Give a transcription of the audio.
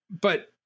But-